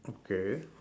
okay